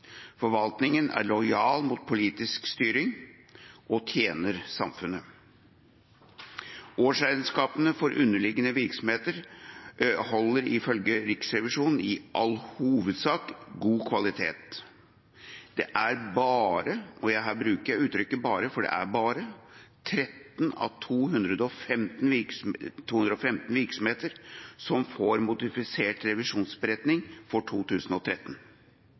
Forvaltningen er lojal mot politisk styring og tjener samfunnet. Årsregnskapene for underliggende virksomheter holder ifølge Riksrevisjonen i all hovedsak god kvalitet. Det er bare – og her bruker jeg uttrykket «bare», for det er bare – 13 av 215 virksomheter som får modifisert revisjonsberetning for 2013.